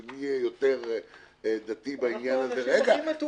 מי יהיה יותר דתי בעניין הזה --- אנחנו האנשים הכי מתונים.